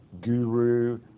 guru